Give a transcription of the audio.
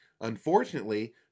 unfortunately